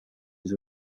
his